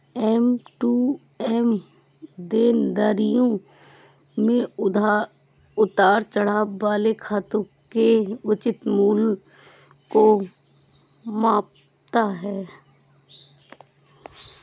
M to M देनदारियों में उतार चढ़ाव वाले खातों के उचित मूल्य को मापता है